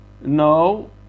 no